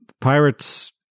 pirates